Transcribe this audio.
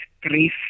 grief